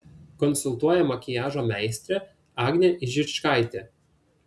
konsultuoja makiažo meistrė agnė ižičkaitė